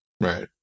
Right